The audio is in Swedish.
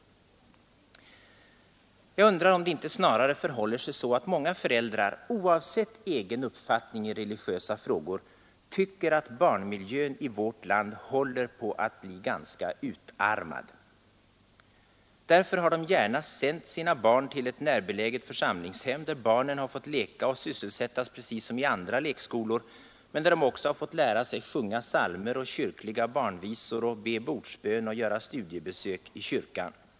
Jag undrar om det inte snarare förhåller sig så att många föräldrar — oavsett egen uppfattning i religiösa frågor — tycker att barnmiljön i vårt land håller på att bli ganska utarmad. Därför har de gärna sänt sina barn till ett närbeläget församlingshem, där barnen har fått leka och sysselsättas precis som i andra lekskolor men där de också har fått lära sig sjunga psalmer och kyrkliga barnvisor, be bordsbön och göra studiebesök i kyrkan.